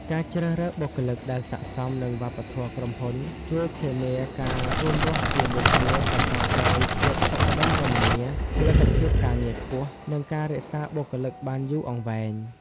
ការជ្រើសរើសបុគ្គលិកដែលស័ក្តិសមនឹងវប្បធម៌ក្រុមហ៊ុនជួយធានាការរួមរស់ជាមួយគ្នាប្រកបដោយភាពសុខដុមរមនា ផលិតភាពការងារខ្ពស់ និងការរក្សាបុគ្គលិកបានយូរអង្វែង។